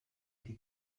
die